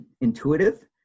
intuitive